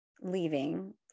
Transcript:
leaving